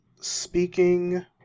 speaking